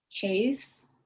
case